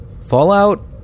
Fallout